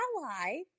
ally